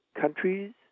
countries